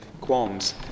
qualms